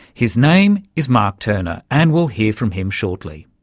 his name is mark turner and we'll hear from him shortly.